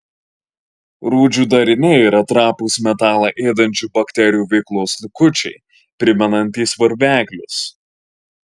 rūdžių dariniai yra trapūs metalą ėdančių bakterijų veiklos likučiai primenantys varveklius